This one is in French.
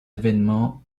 événements